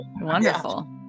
Wonderful